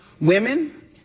women